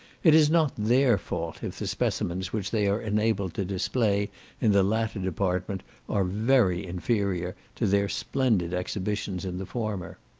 it is not their fault if the specimens which they are enabled to display in the latter department are very inferior to their splendid exhibitions in the former.